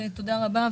תודה רבה.